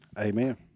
Amen